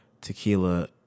tequila